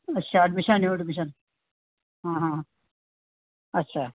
ਅੱਛਾ admission new admission ਹਾਂ ਹਾਂ ਅੱਛਾ